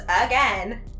again